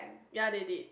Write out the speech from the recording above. ya they did